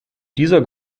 dieser